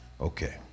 okay